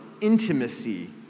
intimacy